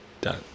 Done